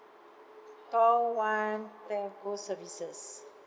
call one telco services